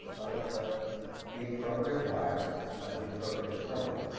i'm going to put the appropriate wires under the appropriate terminal.